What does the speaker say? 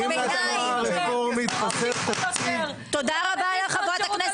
אם לתנועה הרפורמית חסר תקציב ------ ונותן